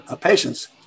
patients